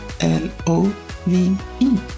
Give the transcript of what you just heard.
L-O-V-E